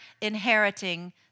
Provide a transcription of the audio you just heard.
inheriting